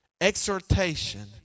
exhortation